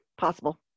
possible